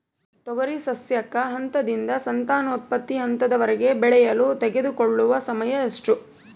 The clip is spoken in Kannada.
ತೊಗರಿ ಸಸ್ಯಕ ಹಂತದಿಂದ ಸಂತಾನೋತ್ಪತ್ತಿ ಹಂತದವರೆಗೆ ಬೆಳೆಯಲು ತೆಗೆದುಕೊಳ್ಳುವ ಸಮಯ ಎಷ್ಟು?